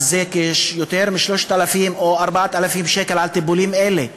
זה יותר מ-3,000 או 4,000 שקל לטיפולים אלה.